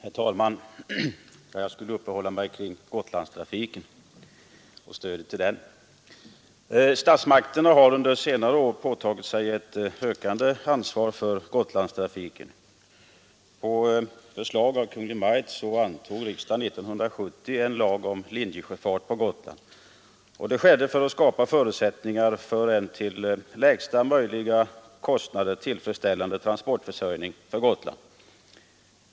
Herr talman! Jag skall uppehålla mig kring Gotlandstrafiken och stödet till den. Statsmakterna har under senare år påtagit sig ett ökande ansvar för Gotlandstrafiken. På förslag av Kungl. Maj:t antog riksdagen 1970 en lag om linjesjöfart på Gotland. Det skedde för att skapa förutsättningar för en till lägsta möjliga kostnader tillfredsställande transportförsörjning för Gotland.